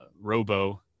robo-